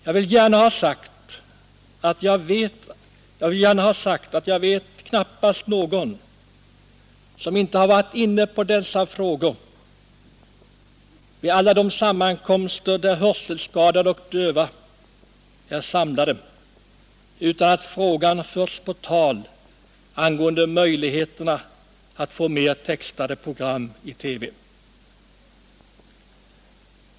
Jag vill gärna ha sagt att jag knappast vet någon som inte varit inne på dessa frågor vid alla de sammankomster där hörselskadade och döva samlas; man för då alltid på tal möjligheterna att få flera textade program i TV.